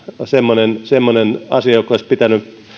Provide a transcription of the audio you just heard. semmoinen semmoinen asia joka olisi pitänyt